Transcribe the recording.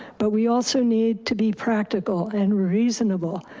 but we also need to be practical and reasonable.